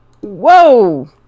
Whoa